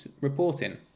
reporting